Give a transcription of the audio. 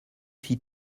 fit